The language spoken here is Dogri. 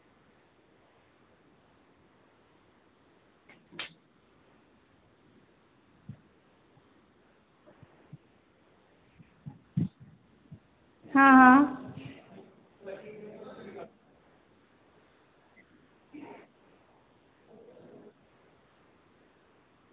आं